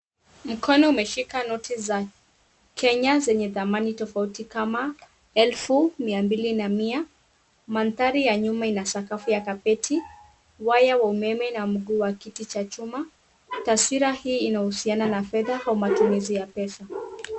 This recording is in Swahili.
Mkono umeshika noti za Kenya zenye thamani tofauti kama elfu, mia mbili na mia. Mandhari ya nyuma ina sakafu ya kapeti, waya wa umeme na mguu wa kiti cha chuma, taswira hii inahusiana na fedha kwa matumizi ya pesa.